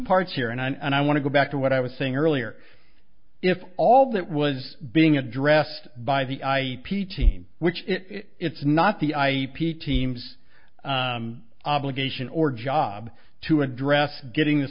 parts here and i want to go back to what i was saying earlier if all that was being addressed by the i p team which it's not the i p team's obligation or job to address getting the